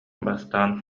бастаан